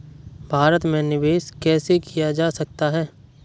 भारत में निवेश कैसे किया जा सकता है?